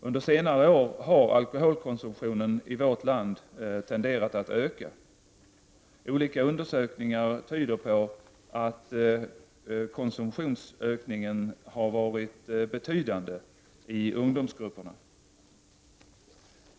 Under senare år har alkoholkonsumtionen i vårt land tenderat att öka. Olika undersökningar tyder på att konsumtionsökningen har varit betydande i ungdomsgrupperna.